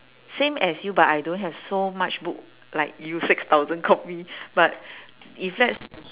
same as you but I don't have so much book like you six thousand copy but if let's